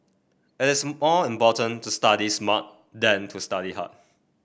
it is more important to study smart than to study hard